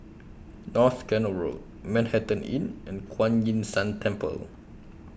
North Canal Road Manhattan Inn and Kuan Yin San Temple